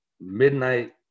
midnight